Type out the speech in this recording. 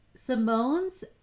Simone's